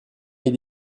est